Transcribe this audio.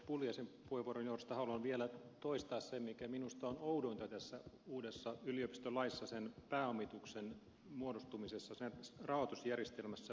pulliaisen puheenvuoron johdosta haluan vielä toistaa sen mikä minusta on oudointa tässä uudessa yliopistolaissa sen pääomituksen muodostumisessa sen rahoitusjärjestelmässä pääomituksen osalta